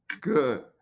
Good